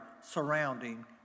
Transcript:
surrounding